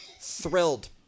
thrilled